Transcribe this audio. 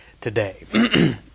today